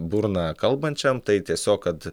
burną kalbančiam tai tiesiog kad